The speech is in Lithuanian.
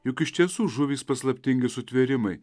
juk iš tiesų žuvys paslaptingi sutvėrimai